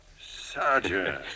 Sergeant